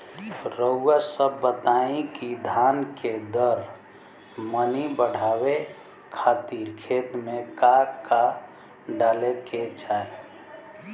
रउआ सभ बताई कि धान के दर मनी बड़ावे खातिर खेत में का का डाले के चाही?